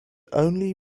only